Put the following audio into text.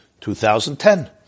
2010